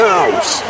House